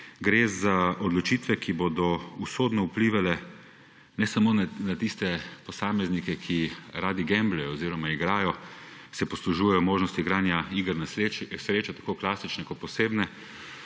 gre za odločitve, ki bodo usodno vplivale ne samo na tiste posameznike, ki radi gemblajo oziroma se poslužujejo možnosti igranja iger na srečo, tako klasičnih kot posebnih,